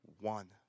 one